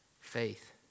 faith